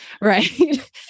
Right